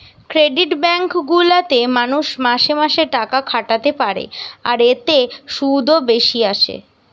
credit bank গুলা তে মানুষ মাসে মাসে টাকা খাটাতে পারে আর এতে শুধও বেশি আসে